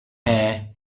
hair